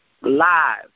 live